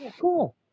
Cool